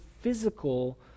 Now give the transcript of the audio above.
physical